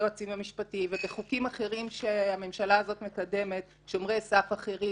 היועצים המשפטיים ובחוקים אחרים שהממשלה הזאת מקדמת שומרי סף אחרים,